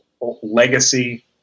legacy